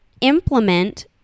implement